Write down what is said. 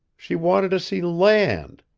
she wanted to see land.